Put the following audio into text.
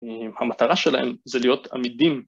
‫המטרה שלהם זה להיות עמידים.